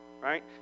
right